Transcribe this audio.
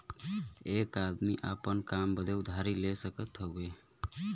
एक आदमी आपन काम बदे उधारी ले सकत हउवे